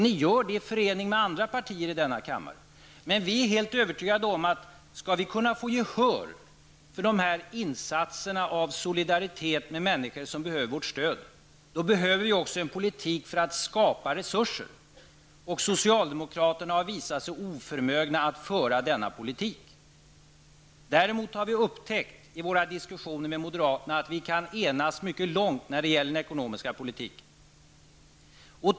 Ni gör det i förening med andra partier i denna kammare. Men vi är helt övertygade om att skall vi kunna få gehör för dessa insatser av solidaritet med människor som behöver vårt stöd, behöver vi också en politik för att skapa resurser. Socialdemokraterna har visat sig oförmögna att föra sådan politik. Däremot har vi upptäckt i våra diskussioner med moderaterna att vi kan enas mycket långt när det gäller den ekonomiska politiken.